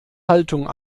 haltung